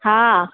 हा